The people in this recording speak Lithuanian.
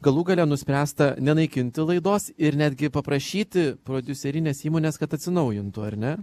galų gale nuspręsta nenaikinti laidos ir netgi paprašyti prodiuserinės įmonės kad atsinaujintų ar ne